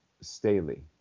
Staley